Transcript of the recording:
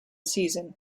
season